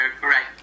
correct